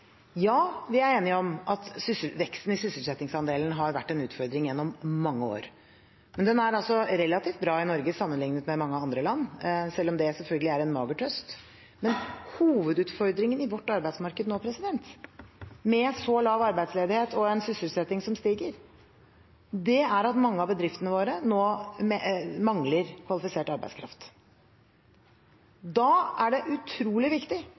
Ja, vi er enige om at veksten i sysselsettingsandelen har vært en utfordring gjennom mange år. Men den er altså relativt bra i Norge sammenlignet med mange andre land, selv om det selvfølgelig er en mager trøst. Hovedutfordringen i vårt arbeidsmarked nå, med så lav arbeidsledighet og en sysselsetting som stiger, er at mange av bedriftene våre mangler kvalifisert arbeidskraft. Da er det utrolig viktig